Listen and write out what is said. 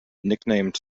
nicknamed